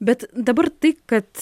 bet dabar tai kad